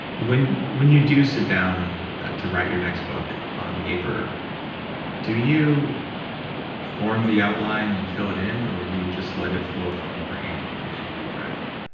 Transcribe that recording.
when when you do sit down to write your next book on paper do you form the outline, and fill it in or do you just let it flow from your brain, and then re-draft it?